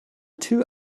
two